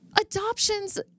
adoptions